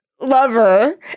lover